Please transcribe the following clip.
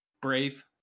Brave